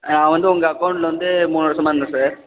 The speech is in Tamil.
நான் வந்து உங்கள் அகௌண்ட்டில் வந்து மூணு வருசமாக இருந்தேன் சார்